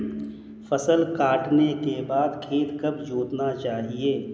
फसल काटने के बाद खेत कब जोतना चाहिये?